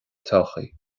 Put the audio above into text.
todhchaí